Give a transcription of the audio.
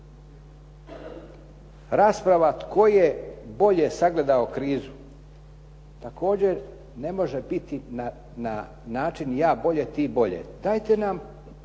Rasprava tko je bolje sagledao krizu također ne može biti na način ja bolje, ti bolje. Dajte nam